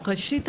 ראשית,